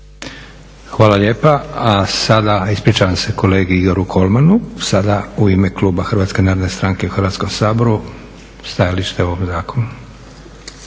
Hvala lijepa. A sada, ispričavam se kolegi Igoru Kolmanu. Sada u ime kluba Hrvatske narodne stranke u Hrvatskom saboru stajalište o ovom zakonu.